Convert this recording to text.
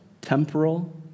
temporal